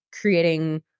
creating